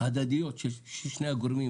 הדדיות של שני הגורמים